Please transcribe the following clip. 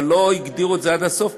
אבל לא הגדירו את זה עד הסוף,